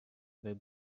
were